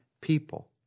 people